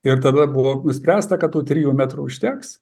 ir tada buvo nuspręsta kad tų trijų metrų užteks